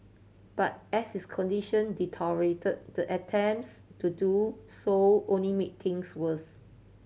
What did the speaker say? but as his condition deteriorated the attempts to do so only made things worse